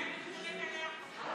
אולי הם יוכלו לקלח אותם?